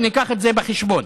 וניקח את זה בחשבון.